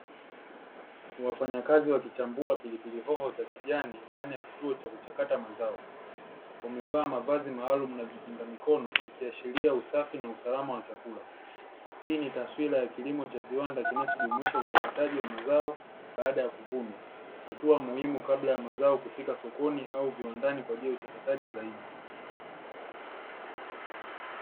Wafanyakazi wakichambua pilipili hoho za kijani ndani ya kituo cha kuchakata mazao. Wamevaa mavazi maalumu na vikinga mikono vikiashiria usafi na usalama wa chakula. Hii ni taswira ya kilimo cha viwanda kinachojumuisha uchakataji wa mazao baada ya kuvunwa. Hatua muhimu kabla ya mazao kufika sokoni au viwandani kwa ajili ya uchakataji zaidi.